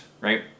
right